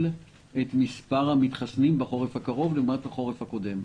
את מספר המתחסנים בחורף הקרוב לעומת החורף הקודם.